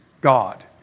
God